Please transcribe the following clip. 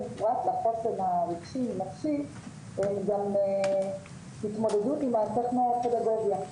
פרט לחוסן הרגשי נפשי הם גם התמודדות עם הטכנו פדגוגיה.